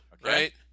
right